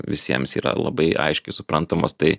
visiems yra labai aiškiai suprantamos tai